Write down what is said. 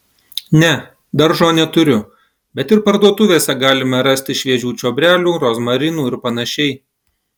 ne daržo neturiu bet ir parduotuvėse galima rasti šviežių čiobrelių rozmarinų ir panašiai